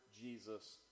Jesus